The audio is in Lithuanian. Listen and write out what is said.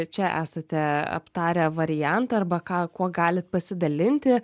čia esate aptarę variantą arba ką kuo galit pasidalinti